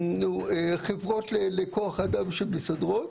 יש חברות לכוח אדם שמסדרות.